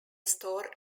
store